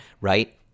right